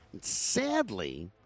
Sadly